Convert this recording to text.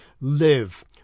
live